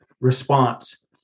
response